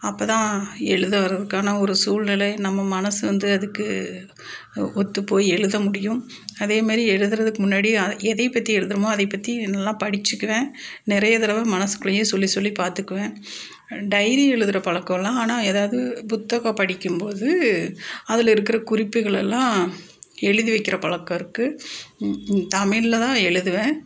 அப்போ தான் எழுதவர்றதுக்கான ஒரு சூழ்நிலை நம்ம மனசு வந்து அதுக்கு ஒத்து போய் எழுத முடியும் அதேமாரி எழுதுறதுக்கு முன்னாடி அதை எதை பற்றி எழுதுறோமோ அதை பற்றி இன்னும் நல்லா படிச்சுக்குவேன் நிறைய தடவ மனசுக்குள்ளேயே சொல்லி சொல்லி பார்த்துக்குவேன் டைரி எழுதுகிற பழக்கம் இல்லை ஆனால் எதாவது புத்தகம் படிக்கும்போது அதில் இருக்கிற குறிப்புகள் எல்லாம் எழுதி வைக்கிற பழக்கம் இருக்கு தமிழில் தான் எழுதுவேன்